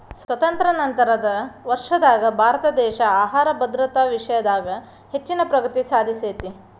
ಸ್ವಾತಂತ್ರ್ಯ ನಂತರದ ವರ್ಷದಾಗ ಭಾರತದೇಶ ಆಹಾರ ಭದ್ರತಾ ವಿಷಯದಾಗ ಹೆಚ್ಚಿನ ಪ್ರಗತಿ ಸಾಧಿಸೇತಿ